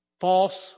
false